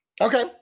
Okay